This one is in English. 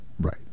right